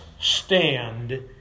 stand